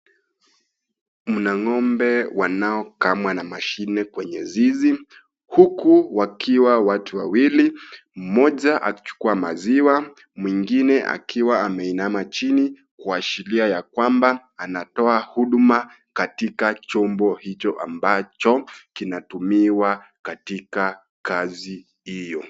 Mna ng'ombe wanaokamwa na mashine kwenye zizi huku wakiwa watu wawili mmoja akichukua maziwa mwingine akiwa ameinama chini kuashiria ya kwamba anatoa huduma katika chombo hicho ambacho kinatumiwa katika kazi hiyo.